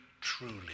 truly